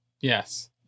Yes